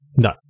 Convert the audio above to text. No